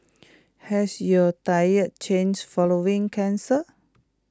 has your diet changed following cancer